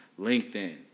LinkedIn